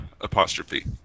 apostrophe